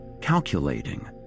calculating